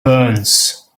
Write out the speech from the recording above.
burns